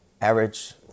average